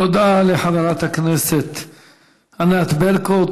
תודה לחברת הכנסת ענת ברקו.